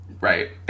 right